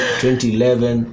2011